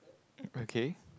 okay